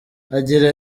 agira